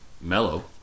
mellow